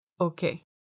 okay